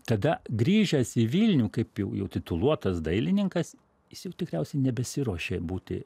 tada grįžęs į vilnių kaip jau jau tituluotas dailininkas jis jau tikriausiai nebesiruošė būti